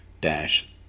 dash